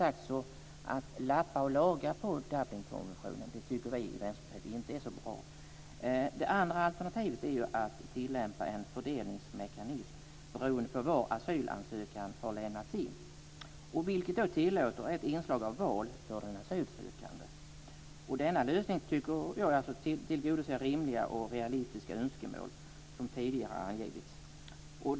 Att lappa och laga på Dublinkonventionen tycker vi i Vänsterpartiet inte är så bra. Det andra alternativet är att tillämpa en fördelningsmekanism beroende på var asylansökan har lämnats in, vilket tillåter ett inslag av val för den asylsökande. Denna lösning tycker jag tillgodoser rimliga och realistiska önskemål som tidigare har angivits.